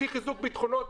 בלי חיזוק בטחונות,